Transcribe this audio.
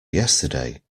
yesterday